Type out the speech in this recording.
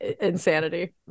insanity